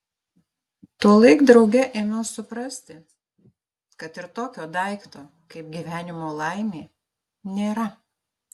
tuolaik drauge ėmiau suprasti kad ir tokio daikto kaip gyvenimo laimė nėra